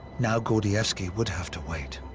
now gordievsky would have to wait.